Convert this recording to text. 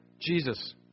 Jesus